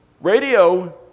Radio